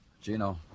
Gino